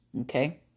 okay